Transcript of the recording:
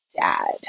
dad